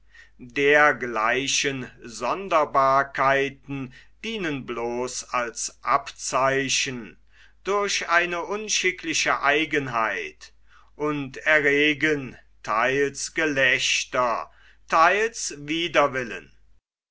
dergleichen sonderbarkeiten dienen bloß als abzeichen durch eine unschickliche eigenheit und erregen theils gelächter theils widerwillen